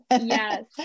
Yes